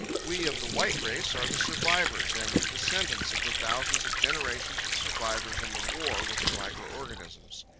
we of the white race are the survivors and the descendants of the thousands of generations of survivors in the war with the micro-organisms.